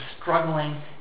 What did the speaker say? struggling